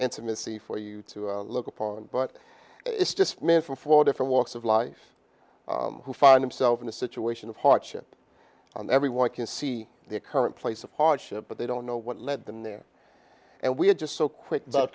missy for you to look upon but it's just made from four different walks of life who find themselves in a situation of hardship on everyone can see their current place of hardship but they don't know what led them there and we are just so quick